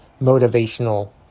motivational